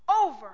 over